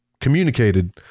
communicated